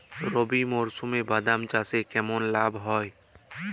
রবি মরশুমে বাদাম চাষে কেমন লাভ হয়?